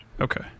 Okay